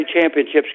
championships